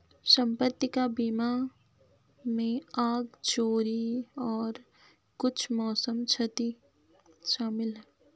संपत्ति का बीमा में आग, चोरी और कुछ मौसम क्षति शामिल है